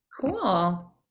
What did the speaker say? Cool